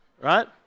right